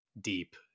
deep